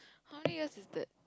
how many years is that